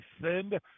send